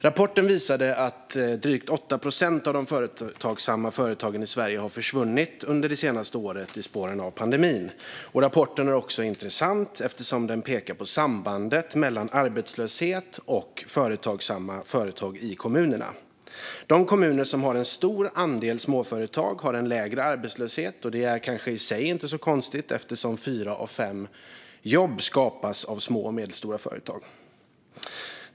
Rapporten visar att drygt 8 procent av de företagsamma företagen i Sverige har försvunnit under det senaste året, i spåren av pandemin. Rapporten är intressant eftersom den pekar på sambandet mellan arbetslöshet och företagsamma företag i kommunerna. De kommuner som har en stor andel småföretag har lägre arbetslöshet, och det är kanske i sig inte så konstigt eftersom fyra av fem jobb skapas av små och medelstora företag.